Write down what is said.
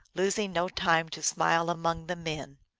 losing no time to smile among the men.